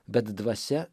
bet dvasia